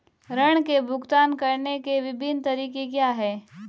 ऋृण के भुगतान करने के विभिन्न तरीके क्या हैं?